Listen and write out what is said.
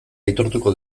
aitortuko